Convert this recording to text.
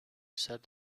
said